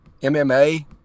MMA